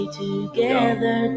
together